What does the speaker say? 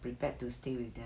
prepared to stay with them